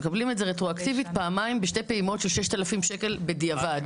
הם מקבלים את זה רטרואקטיבית בשתי פעימות של 6,000 שקל בדיעבד.